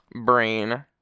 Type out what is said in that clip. brain